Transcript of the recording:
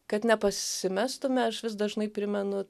kad nepasimestume aš vis dažnai primenu